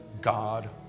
God